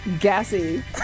gassy